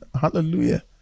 hallelujah